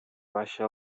baixa